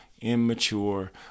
immature